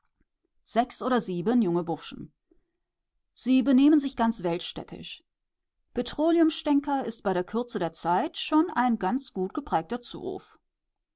sechs oder sieben junge burschen sie benehmen sich ganz weltstädtisch petroleumstänker ist bei der kürze der zeit schon ein ganz gut geprägter zuruf